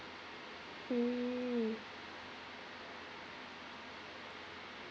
mm